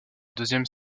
deuxième